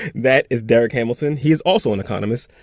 that is darrick hamilton. he is also an economist,